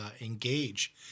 engage